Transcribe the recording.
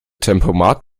tempomat